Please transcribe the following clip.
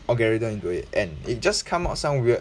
algorithm into it and it just come out some weird